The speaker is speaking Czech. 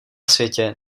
světě